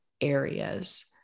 areas